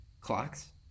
Clocks